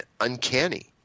uncanny